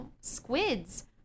squids